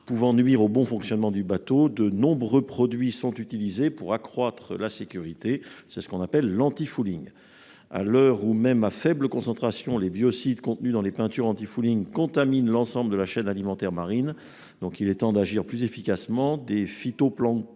pouvant nuire à son bon fonctionnement. De nombreux produits sont utilisés pour accroître la sécurité : c'est ce que l'on appelle « l'antifouling ». À l'heure où, même à faible concentration, les biocides contenus dans les peintures « antifouling » contaminent l'ensemble de la chaîne alimentaire marine, il est temps d'agir plus efficacement.